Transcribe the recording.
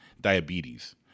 diabetes